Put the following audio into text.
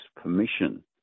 permission